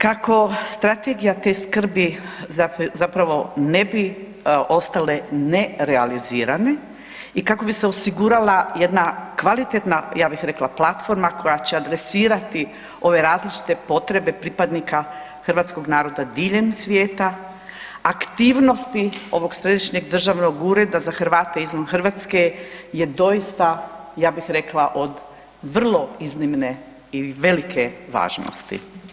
Kako strategija te skrbi zapravo ne bi ostale nerealizirane i kako bi se osigurala jedna kvalitetna, ja bih rekla platforma koja će adresirati ove različite potrebe pripadnika hrvatskog naroda diljem, aktivnosti ovog Središnjeg državnog ureda za Hrvate izvan Hrvatske je doista ja bih rekla od vrlo iznimne i velike važnosti.